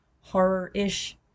horror-ish